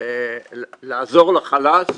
לעזור לחלש?